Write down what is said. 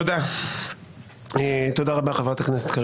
תודה רבה חברת הכנסת קארין אלהרר.